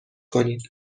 کنید